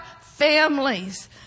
families